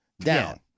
down